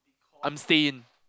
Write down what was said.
I'm sane